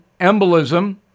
embolism